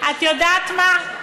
את יודעת מה?